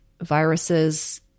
viruses